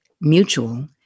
mutual